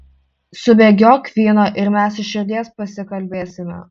subėgiok vyno ir mes iš širdies pasikalbėsime